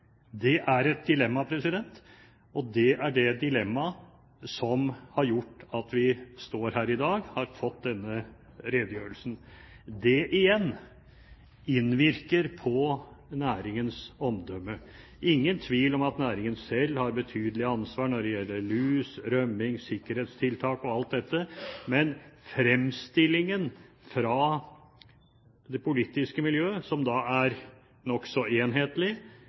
Det er et dilemma, og det er det dilemmaet som har gjort at vi står her i dag og har fått denne redegjørelsen. Det igjen innvirker på næringens omdømme. Det er ingen tvil om at næringen selv har betydelig ansvar når det gjelder lus, rømming, sikkerhetstiltak og alt dette, men fremstillingen fra det politiske miljøet, som er nokså enhetlig,